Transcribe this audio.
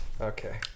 Okay